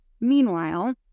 Meanwhile